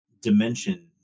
dimension